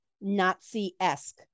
Nazi-esque